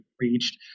reached